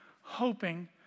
hoping